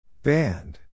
Band